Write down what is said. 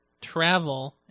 travel